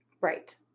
Right